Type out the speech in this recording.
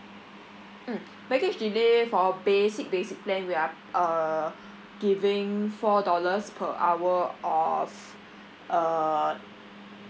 mm baggage delay for our basic basic plan we are uh giving four dollars per hour of uh